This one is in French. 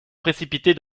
précipiter